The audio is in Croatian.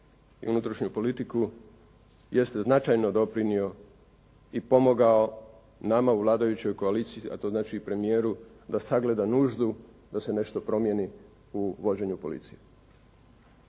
i unutrašnju politiku, jeste značajno doprinio i pomogao nama u vladajućoj koaliciji, a to znači i premijeru da sagleda nuždu da se nešto promijeni u vođenju policije.